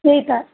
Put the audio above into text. त्यही त